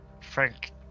Frank